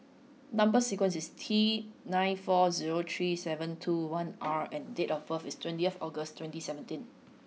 number sequence is T nine four zero three seven two one R and date of birth is twenty of August twenty seventeen